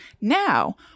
Now